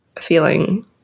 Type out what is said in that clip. feeling